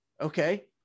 okay